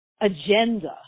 agenda